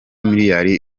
miliyari